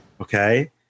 Okay